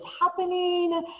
happening